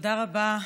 תודה רבה,